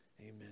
Amen